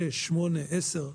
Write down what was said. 6, 8, 10,